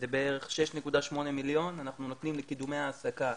זה בערך 6.8 מיליון, אנחנו נותנים לקידומי העסקה.